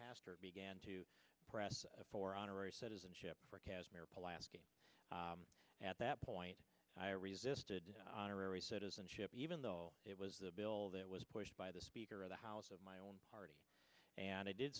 hastert began to press for honorary citizenship for casmir polanski at that point i resisted honorary citizenship even though it was the bill that was pushed by the speaker of the house of my own party and i did